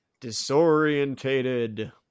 disorientated